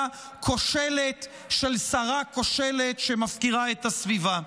כושלת של שרה כושלת שמפקירה את הסביבה.